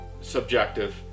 Subjective